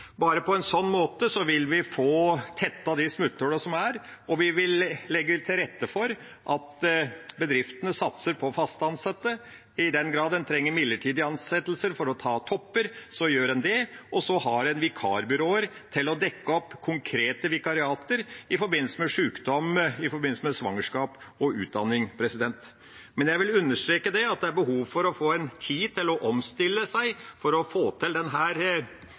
Bare på en slik måte vil vi få tettet de smutthullene som er, og vi vil legge til rette for at bedriftene satser på fast ansatte. I den grad en trenger midlertidige ansettelser for å ta topper, gjør en det. Og så har en vikarbyråer for å dekke opp konkrete vikariater i forbindelse med sykdom, svangerskap og utdanning. Jeg vil understreke at det er behov for å få tid til å omstille seg for å få til